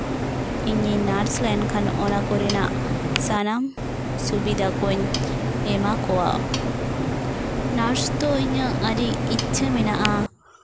ᱤᱧᱤᱧ ᱱᱟᱨᱥ ᱞᱮᱱᱠᱷᱟᱱ ᱚᱱᱟ ᱠᱚᱨᱮᱱᱟᱜ ᱥᱟᱱᱟᱢ ᱥᱩᱵᱤᱫᱟ ᱠᱚᱧ ᱮᱢᱟ ᱠᱚᱣᱟ ᱱᱟᱨᱥ ᱫᱚ ᱤᱧᱟᱹᱜ ᱟᱹᱰᱤ ᱤᱪᱪᱷᱟᱹ ᱢᱮᱱᱟᱜᱼᱟ